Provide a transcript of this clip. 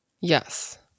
yes